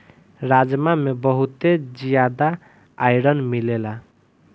राजमा में बहुते जियादा आयरन मिलेला